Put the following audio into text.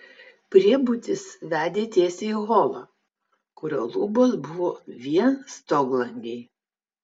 priebutis vedė tiesiai į holą kurio lubos buvo vien stoglangiai